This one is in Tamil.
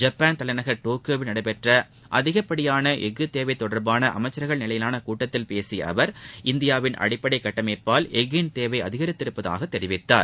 ஜப்பான் தலைநகர் டோக்கியோவில் நடைபெற்ற அதிகபடியான எஃகு தேவை தொடர்பான அமைச்சர்கள் நிலையிவான கூட்டத்தில் பேசிய அவர் இந்தியாவின் அடிப்படை கட்டமைப்பால் எஃகின் தேவை அதிகரித்துள்ளதாக தெரிவித்தார்